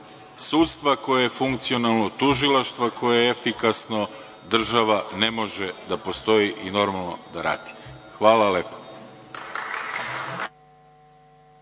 sudstva koje je funkcionalno, tužilaštvo koje je efikasno država ne može da postoji i normalno da radi. Hvala lepo.